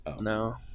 no